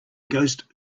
ghost